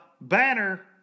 banner